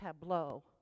tableau